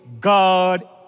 God